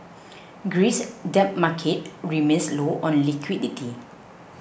Greece's debt market remains low on liquidity